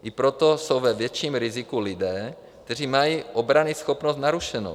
I proto jsou ve větším riziku lidé, kteří mají obranyschopnost narušenu.